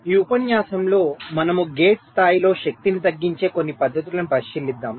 ఈ ఉపన్యాసంలో మనము గేట్ స్థాయిలో శక్తిని తగ్గించే కొన్ని పద్ధతులను పరిశీలిస్తాము